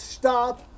stop